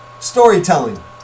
storytelling